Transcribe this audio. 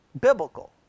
Biblical